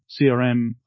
CRM